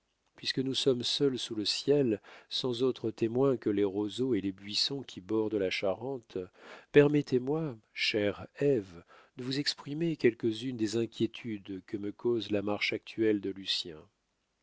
puisque nous sommes seuls sous le ciel sans autres témoins que les roseaux et les buissons qui bordent la charente permettez-moi chère ève de vous exprimer quelques-unes des inquiétudes que me cause la marche actuelle de lucien